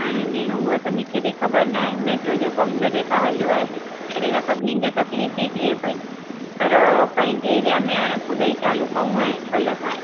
हाणे भेण उहा त मूंखे बि ख़बरु न आहे मेट्रो जो कमु जॾहिं खां हलियो आहे तॾहिं खां सभनिनि खे तकलीफ़ थी थिए पेई पर पंहिंजे एरिया में हाणे खुदाई चालू कई आहे कल्ह खां